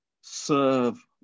serve